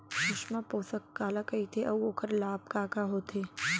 सुषमा पोसक काला कइथे अऊ ओखर लाभ का का होथे?